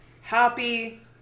happy